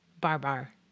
Barbar